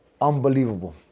unbelievable